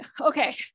okay